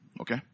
Okay